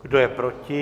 Kdo je proti?